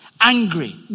angry